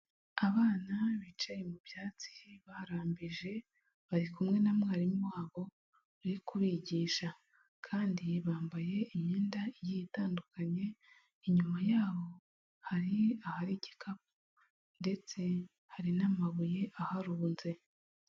Abana bicaye mu byatsi barambije bari kumwe na mwarimu wabo uri kubigisha kandi bambaye imyenda igiye itandukanye, inyuma yabo hari ahari igikapu ndetse hari n'amabuye aharunze.